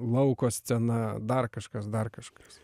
lauko scena dar kažkas dar kažkas